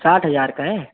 साठ हज़ार का है